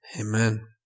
Amen